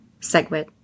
SegWit